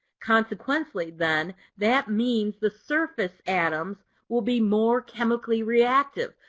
consequently then, that means the surface atoms will be more chemically reactive.